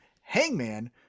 hangman